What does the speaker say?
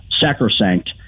sacrosanct